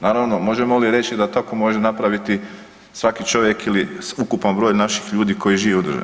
Naravno možemo li reći da tako može napraviti svaki čovjek ili ukupan broj naših ljudi koji žive u državi?